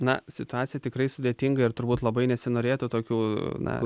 na situacija tikrai sudėtinga ir turbūt labai nesinorėtų tokių na